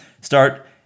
Start